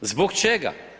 Zbog čega?